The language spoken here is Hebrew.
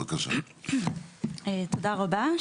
תודה רבה.